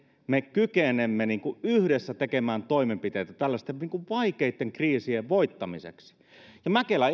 me kykenemme yhdessä tekemään toimenpiteitä tällaisten vaikeitten kriisien voittamiseksi mäkelä